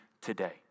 today